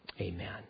Amen